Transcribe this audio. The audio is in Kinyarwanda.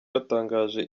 yatangaje